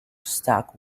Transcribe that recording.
stack